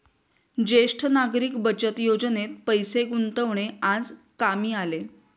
ज्येष्ठ नागरिक बचत योजनेत पैसे गुंतवणे आज कामी आले